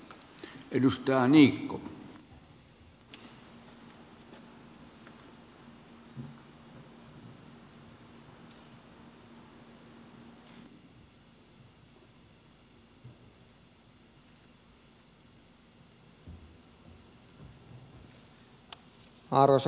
arvoisa puhemies